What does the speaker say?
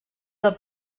del